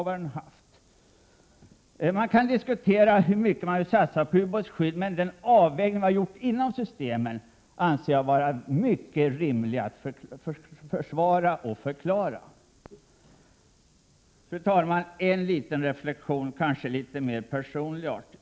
Man kan naturligtvis diskutera hur mycket man skall satsa på ubåtsskyddet, men den avvägning som gjorts anser jag vara rimlig. Herr talman! En liten reflexion av mera personlig art.